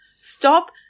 Stop